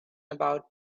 about